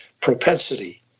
propensity